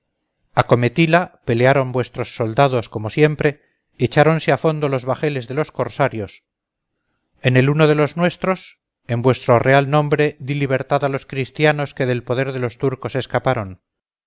se parece acometíla pelearon vuestros soldados como siempre echáronse a fondo los bajeles de los corsarios en el uno de los nuestros en vuestro real nombre di libertad a los christianos que del poder de los turcos escaparon